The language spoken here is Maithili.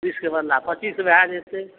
बीस के बदला पचीस भए जेतै